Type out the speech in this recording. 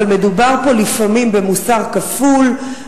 אבל מדובר פה לפעמים במוסר כפול,